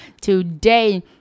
today